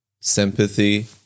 sympathy